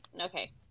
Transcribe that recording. okay